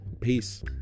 peace